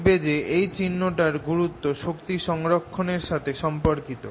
দেখবে যে এই চিহ্নটার গুরুত্ব শক্তি সংরক্ষণ এর সাথে সম্পর্কিত